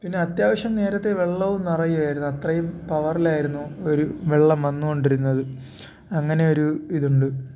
പിന്നെ അത്യാവശ്യം നേരത്തെ വെള്ളവും നിറയുമായിരുന്നു അത്രയും പവറിൽ ആയിരുന്നു വെള്ളം ഒരു വെള്ളം വന്നുകൊണ്ടിരുന്നത് അങ്ങനെ ഒരു ഇതുണ്ട്